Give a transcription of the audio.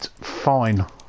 Fine